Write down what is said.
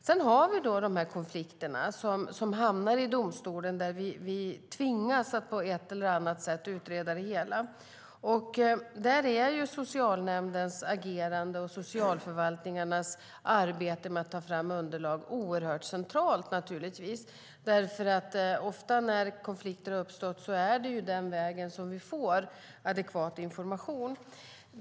Sedan har vi då de här konflikterna som hamnar i domstolen där man tvingas att på ett eller annat sätt utreda det hela. Där är socialnämndens agerande och socialförvaltningarnas arbete med att ta fram underlag naturligtvis oerhört centralt, därför att ofta när konflikter uppstått är det den vägen man får adekvat information.